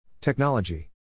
Technology